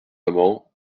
amans